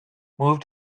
moved